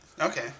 Okay